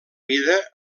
vida